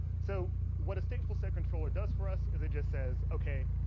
so what a stateful set controller does for us? is it just says okay?